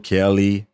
Kelly